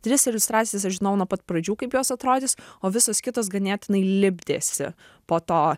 tris iliustracijas aš žinojau nuo pat pradžių kaip jos atrodys o visos kitos ganėtinai lipdėsi po to